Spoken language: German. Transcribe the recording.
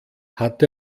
hat